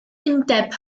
undeb